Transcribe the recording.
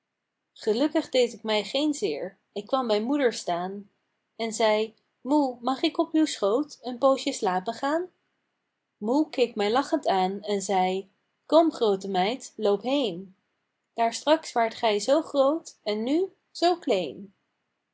gelukkig deed ik mij geen zeer ik kwam bij moeder staan en zeî moe mag ik op uw schoot een poosje slapen gaan moe keek mij lachend aan en zeî kom groote meid loop heen daar straks waart gij zoo groot en nu zoo kleen